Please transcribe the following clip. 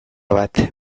bat